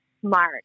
smart